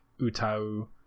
Utau